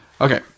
okay